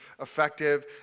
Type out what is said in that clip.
effective